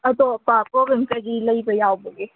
ꯑꯇꯣꯞꯄ ꯄ꯭ꯔꯣꯕ꯭ꯂꯦꯝ ꯀꯩꯀꯩ ꯂꯩꯕ ꯌꯥꯎꯕꯒꯦ